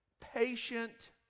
patient